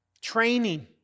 Training